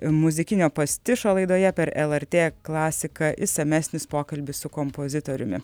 muzikinio pastišo laidoje per elartė klasiką išsamesnis pokalbis su kompozitoriumi